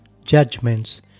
judgments